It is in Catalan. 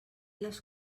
les